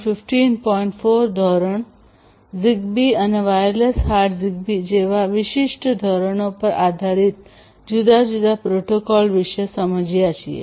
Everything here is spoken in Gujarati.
4 ધોરણ ઝિગબી અને વાયરલેસ હાર્ટ ઝિગબી જેવા વિશિષ્ટ ધોરણો પર આધારીત જુદા જુદા પ્રોટોકોલ વિશે સમજ્યા છીએ